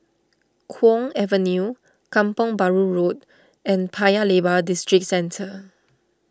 Kwong Avenue Kampong Bahru Road and Paya Lebar Districentre